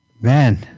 man